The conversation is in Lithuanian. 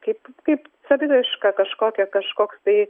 kaip kaip saviraiška kažkokia kažkoks tai